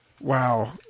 Wow